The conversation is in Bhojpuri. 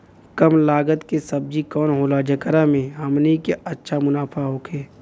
कम लागत के सब्जी कवन होला जेकरा में हमनी के अच्छा मुनाफा होखे?